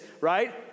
right